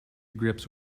grips